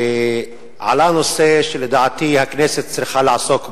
עלה הנושא שלדעתי הכנסת צריכה לעסוק בו,